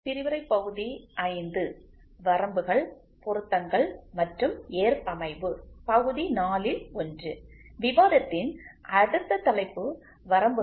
விவாதத்தின் அடுத்த தலைப்பு வரம்புகள் பொருத்தங்கள் மற்றும் ஏற்பமைவுகள்